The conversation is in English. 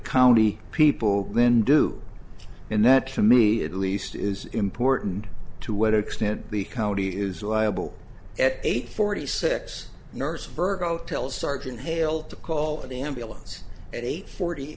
county people then do and that to me at least is important to what extent the county is liable at eight forty six nurse virgo tells sergeant hale to call the ambulance at eight forty